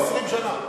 20 שנה.